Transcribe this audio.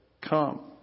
come